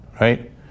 right